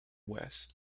west